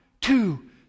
two